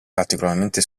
particolarmente